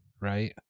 Right